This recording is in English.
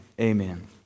Amen